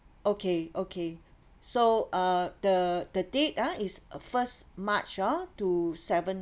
okay okay so uh the the date ah is uh first march ah to seven